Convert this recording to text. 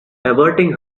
averting